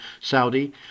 Saudi